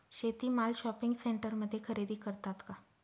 शेती माल शॉपिंग सेंटरमध्ये खरेदी करतात का?